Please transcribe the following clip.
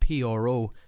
PRO